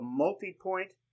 multi-point